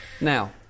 Now